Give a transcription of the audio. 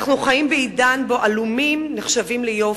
אנחנו חיים בעידן שבו עלומים נחשבים ליופי,